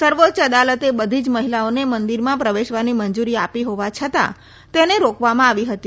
સર્વોચ્ય અદાલતે બધી જ મહિલાઓને મંદિરમાં પ્રવેશવાની મંજુરી આપી હોવા છતાં તેને રોકવામાં આવી હતી